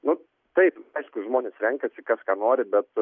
nu taip aišku žmonės renkasi kas ką nori bet